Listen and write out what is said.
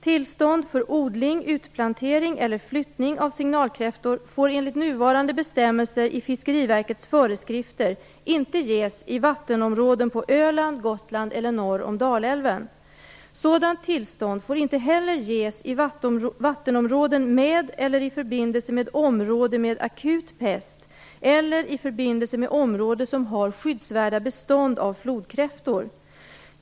Tillstånd för odling, utplantering eller flyttning av signalkräftor får enligt nuvarande bestämmelser i Fiskeriverkets föreskrifter inte ges i vattenområden på Öland, Gotland eller norr om Dalälven. Sådant tillstånd får inte heller ges i vattenområden med eller i förbindelse med område med akut pest eller i förbindelse med område som har skyddsvärda bestånd av flodkräftor.